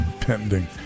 pending